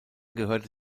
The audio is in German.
gehörte